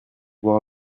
voir